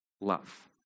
love